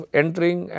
entering